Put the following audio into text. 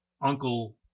uncle